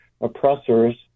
oppressors